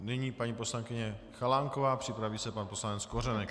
Nyní paní poslankyně Chalánková, připraví se pan poslanec Kořenek.